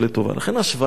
לכן ההשוואה היא לא לעניין.